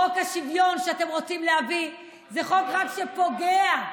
חוק השוויון שאתם רוצים להביא זה חוק שרק פוגע.